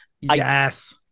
Yes